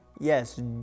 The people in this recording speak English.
yes